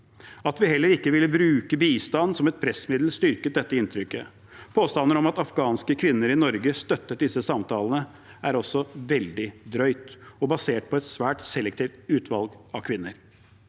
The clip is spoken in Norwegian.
At vi heller ikke ville bruke bistand som et pressmiddel, styrket dette inntrykket. Påstander om at afghanske kvinner i Norge støttet disse samtalene, er også veldig drøyt og basert på et svært selektivt utvalg av kvinner.